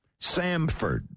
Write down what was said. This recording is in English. Samford